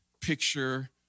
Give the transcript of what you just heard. picture